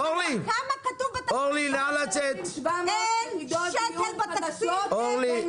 אין שקל בתקציב.